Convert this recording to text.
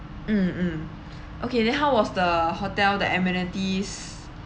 mm mm okay then how was the hotel the amenities